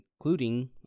including